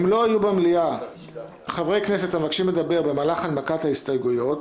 5. אם לא יהיו במליאה חברי כנסת המבקשים לדבר במהלך הנמקת ההסתייגויות,